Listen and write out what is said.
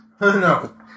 No